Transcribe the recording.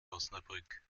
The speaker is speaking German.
osnabrück